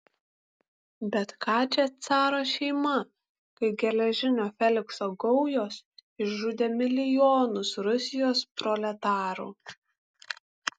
bet ką čia caro šeima kai geležinio felikso gaujos išžudė milijonus rusijos proletarų